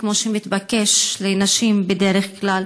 כמו שמתבקש לנשים בדרך כלל.